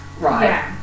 right